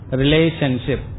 relationship